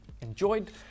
enjoyed